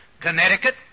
Connecticut